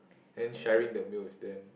then sharing the meal with them